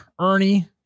Ernie